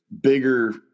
bigger –